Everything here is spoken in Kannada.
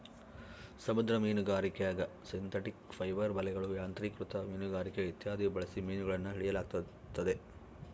ಸಮುದ್ರ ಮೀನುಗಾರಿಕ್ಯಾಗ ಸಿಂಥೆಟಿಕ್ ಫೈಬರ್ ಬಲೆಗಳು, ಯಾಂತ್ರಿಕೃತ ಮೀನುಗಾರಿಕೆ ಇತ್ಯಾದಿ ಬಳಸಿ ಮೀನುಗಳನ್ನು ಹಿಡಿಯಲಾಗುತ್ತದೆ